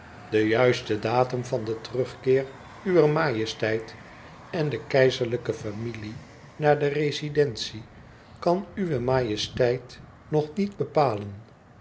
de juiste datum van den terugkeer uwer majesteit en de keizerlijke familie naar de rezidentie kan uwe majesteit nog niet bepalen